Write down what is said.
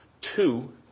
two